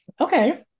Okay